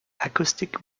acoustic